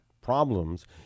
problems